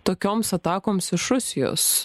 tokioms atakoms iš rusijos